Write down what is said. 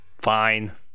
Fine